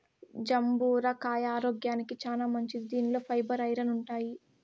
జంబూర కాయ ఆరోగ్యానికి చానా మంచిది దీనిలో ఫైబర్, ఐరన్ ఉంటాయి